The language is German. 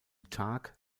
tag